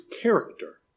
character